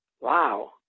Wow